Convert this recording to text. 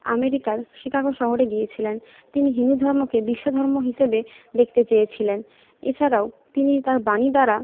আমেরিকার শিকাগো শহরে গিয়েছিলেন তিনি হিন্দু ধর্মকে বিশ্ব ধর্ম হিসেবে দেখতে চেয়েছিলেন এছাড়াও তিনি তার বাণী দ্বারা